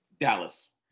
Dallas